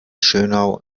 schönau